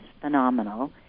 phenomenal